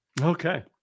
Okay